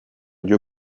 lieu